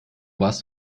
warst